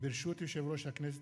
ברשות יושב-ראש הכנסת,